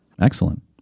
Excellent